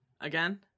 Again